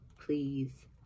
Please